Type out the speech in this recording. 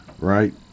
right